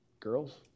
Girls